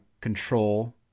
control